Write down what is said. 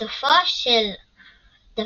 בסופו של דבר,